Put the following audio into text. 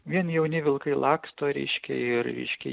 vien jauni vilkai laksto reiškia ir reiškia